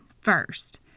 First